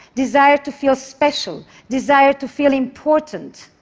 desire to feel special, desire to feel important.